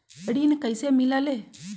ऋण कईसे मिलल ले?